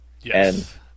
Yes